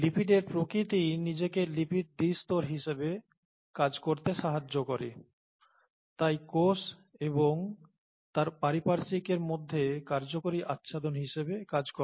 লিপিডের প্রকৃতিই নিজেকে লিপিড দ্বিস্তর হিসাবে কাজ করতে সাহায্য করে তাই কোষ এবং তার পারিপার্শ্বিকের মধ্যে কার্যকরী আচ্ছাদন হিসাবে কাজ করে